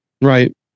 Right